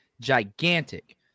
gigantic